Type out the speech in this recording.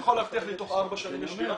אתה יכול להבטיח לי שתוך ארבע שנים יש דירה?